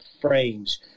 frames